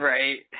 Right